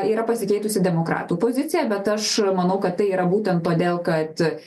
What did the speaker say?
yra pasikeitusi demokratų pozicija bet aš manau kad tai yra būtent todėl kad